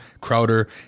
crowder